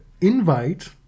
invite